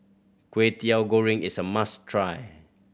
Kwetiau Goreng is a must try